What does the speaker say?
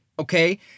Okay